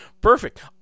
perfect